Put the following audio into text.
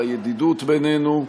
ועל הידידות בינינו.